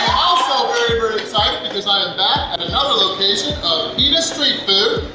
also very very excited because i am back at another location of pita street food.